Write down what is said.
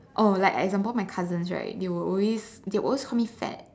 oh like example my cousins right they will always they always call me fat